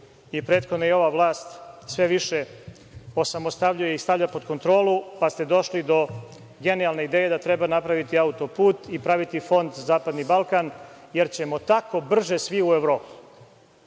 i prethodno i ova vlast sve više osamostaljuje i stavlja pod kontrolu, pa ste došli do genijalne ideje da treba napraviti auto put i praviti Fond za zapadni Balkan, jer ćemo tako brže svi u Evropu. Da,